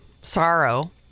sorrow